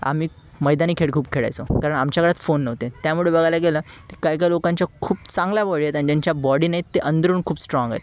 आम्ही मैदानी खेळ खूप खेळायचो कारण आमच्या काळात फोन नव्हते त्यामुळे बघायला गेलं काय काय लोकांच्या खूप चांगल्या बॉडी आहेत आणि ज्यांच्या बॉडी नाहीत ते अंदरून खूप स्ट्राँग आहेत